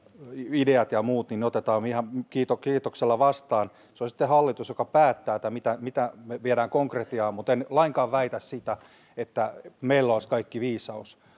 ideat ja muut otetaan ihan kiitoksella vastaan se on sitten hallitus joka päättää mitä mitä me viemme konkretiaan mutta en lainkaan väitä että meillä olisi kaikki viisaus